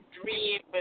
dream